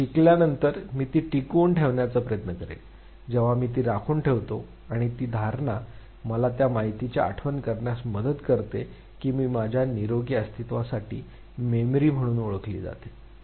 मी शिकल्यानंतर मी ती टिकवून ठेवण्याचा प्रयत्न करेन जेव्हा मी ती राखून ठेवतो आणि ती धारणा मला त्या माहितीची आठवण करण्यास मदत करते जी माझ्या निरोगी अस्तित्वासाठी मेमरी म्हणून ओळखली जाते